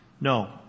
No